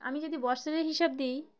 আমি যদি বছরের হিসাব দিই